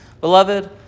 Beloved